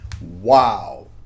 Wow